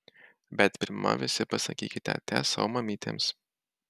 bet pirma visi pasakykite ate savo mamytėms